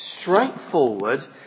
straightforward